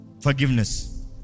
forgiveness